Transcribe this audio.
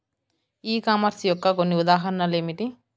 ఈ కామర్స్ యొక్క కొన్ని ఉదాహరణలు ఏమిటి?